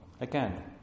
again